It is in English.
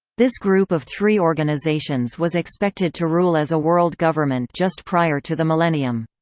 this group of three organizations was expected to rule as a world government just prior to the millennium.